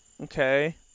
Okay